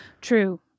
True